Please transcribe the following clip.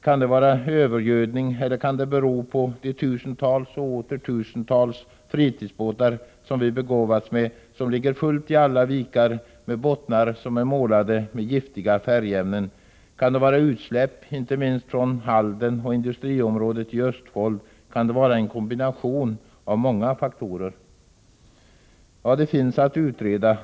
Kan det vara övergödning, eller kan det bero på de tusentals och åter tusentals fritidsbåtar som vi begåvats med? Det är fullt med sådana i alla vikar, och deras bottnar är målade med giftiga färgämnen. Kan det vara utsläpp, inte minst från Halden och industriområdet i Östfold, som ligger bakom? Kan det vara en kombination av många faktorer? Ja, här finns en hel del att utreda.